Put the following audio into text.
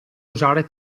usare